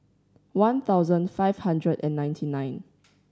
one thousand five hundred and ninety nine